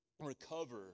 recover